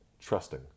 trusting